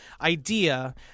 idea